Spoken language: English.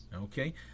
Okay